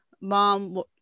mom